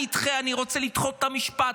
אני רוצה לדחות את המשפט,